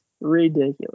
Ridiculous